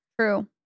True